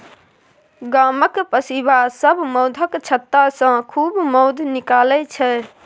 गामक पसीबा सब मौधक छत्तासँ खूब मौध निकालै छै